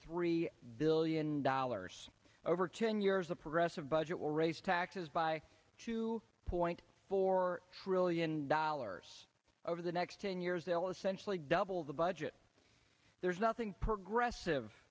three billion dollars over ten years a progressive budget will raise taxes by two point four trillion dollars over the next ten years they will essentially double the budget there's nothing progressive